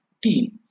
team